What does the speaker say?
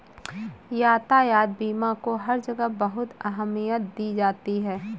यातायात बीमा को हर जगह बहुत अहमियत दी जाती है